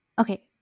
Okay